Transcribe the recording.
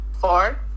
four